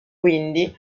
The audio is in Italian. quindi